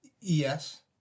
Yes